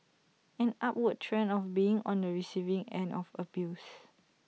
an upward trend of being on the receiving end of abuse